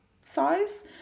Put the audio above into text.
size